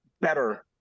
better